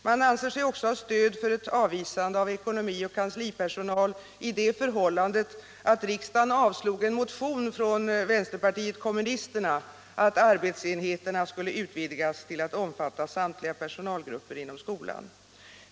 Man anser sig också ha stöd för ett avvisande av ekonomi och kanslipersonal i det förhållandet att riksdagen avslog en motion från vänsterpartiet kommunisterna om att arbetsenheterna skulle utvidgas till att omfatta samtliga personalgrupper inom skolan.